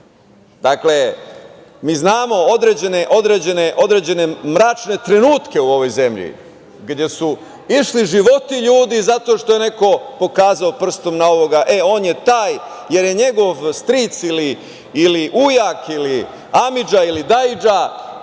mi znamo određene mračne trenutke u ovoj zemlji gde su išli životi ljudi zato što je neko pokazao prstom na ovoga e, on je taj, jer je njegov stric ili ujak, ili amidža, ili daidža,